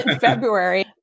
February